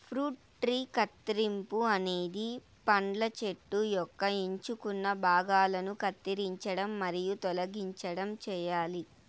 fruit tree కత్తిరింపు అనేది పండ్ల చెట్టు యొక్క ఎంచుకున్న భాగాలను కత్తిరించడం మరియు తొలగించడం చేయాలి